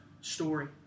story